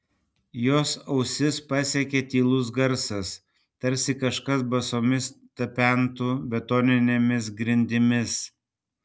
jos ausis pasiekė tylus garsas tarsi kažkas basomis tapentų betoninėmis grindimis